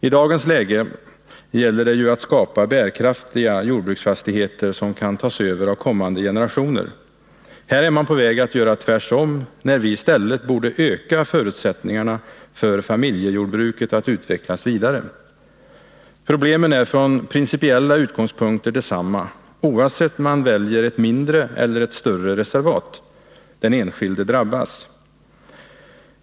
I dagens läge gäller det att skapa bärkraftiga jordbruksfastigheter som kan tasöver av kommande generationer. Här är man på väg att göra tvärtom, när vi i stället borde öka förutsättningarna för familjejordbruket att utvecklas vidare. Problemen är från principiella utgångspunkter desamma, oavsett om man väljer ett mindre eller större reservat. Den enskilde drabbas.